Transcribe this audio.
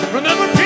Remember